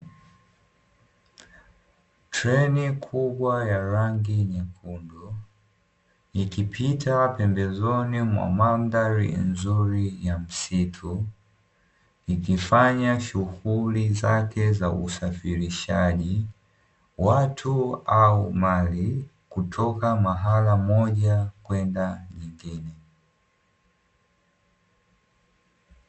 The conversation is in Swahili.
Treni kubwa ya rangi nyekundu ikipita pembezoni mwa mandhari nzuri ya msitu, ikifanya shughuli zake za usafirishaji watu au mali kutoka mahali moja kwenda nyingine.